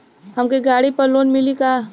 हमके गाड़ी पर लोन मिली का?